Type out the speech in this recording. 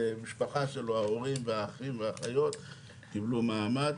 המשפחה שלו, ההורים והאחים והאחיות קיבלו מעמד.